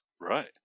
Right